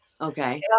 Okay